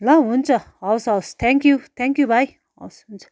ल हुन्छ हवस् हवस् थ्याङ्क यू थ्याङ्क यू भाइ हवस् हुन्छ